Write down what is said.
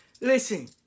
Listen